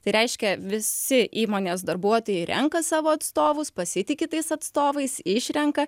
tai reiškia visi įmonės darbuotojai renka savo atstovus pasitiki tais atstovais išrenka